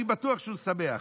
אני בטוח שהוא שמח.